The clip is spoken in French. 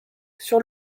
sur